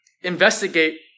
investigate